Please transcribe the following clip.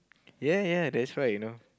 ya ya that's why you know